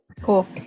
Cool